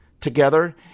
together